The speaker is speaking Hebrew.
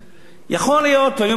יכול להיות, ואני אומר את זה לשר האוצר,